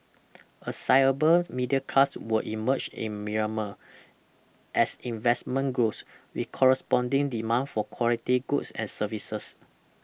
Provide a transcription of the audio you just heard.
a sizable middle class will emerge in Myanmar as investment grows with corresponding demand for quality goods and services